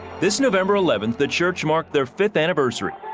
this november eleven, the church marked their fifth anniversary.